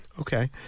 Okay